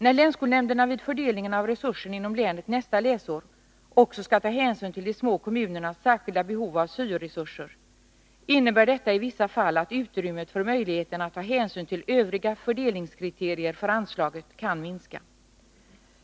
När länsskolnämnderna vid fördelningen av resurser inom länet nästa läsår också skall ta hänsyn till de små kommunernas särskilda behov av syo-resurser, innebär detta i vissa fall att utrymmet för möjligheten att ta hänsyn till övriga fördelningskriterier för anslaget kan minska.